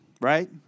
right